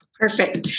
Perfect